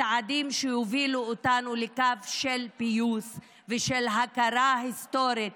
צעדים שיובילו אותנו לקו של פיוס ושל הכרה היסטורית,